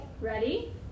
Ready